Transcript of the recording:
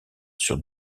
sur